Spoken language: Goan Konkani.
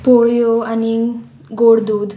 पोळयो आनी गोड दूद